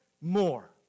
more